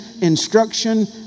instruction